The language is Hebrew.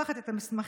לוקחת את המסמכים,